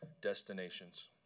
destinations